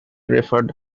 referred